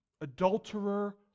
adulterer